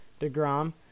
Degrom